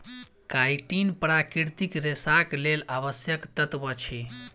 chitin प्राकृतिक रेशाक लेल आवश्यक तत्व अछि